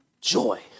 joy